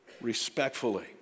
respectfully